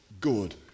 good